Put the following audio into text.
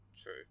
True